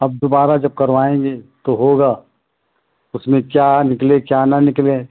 अब दोबारा जब करवाएँगे तो होगा उसमें क्या निकले क्या ना निकले